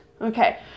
okay